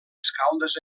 escaldes